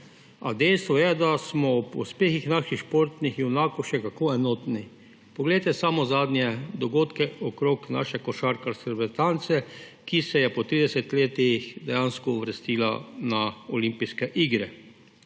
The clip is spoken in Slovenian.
A dejstvo je, da smo ob uspehih naših športnih junakov še kako enotni. Poglejte samo zadnje dogodke okrog naše košarkarske reprezentance, ki se je po tridesetih letih dejansko uvrstila na olimpijske igre.